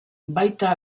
baita